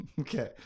Okay